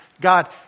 God